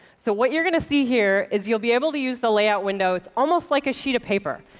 so what you're going to see here is you'll be able to use the layout window. it's almost like a sheet of paper.